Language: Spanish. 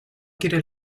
quiere